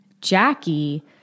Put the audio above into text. Jackie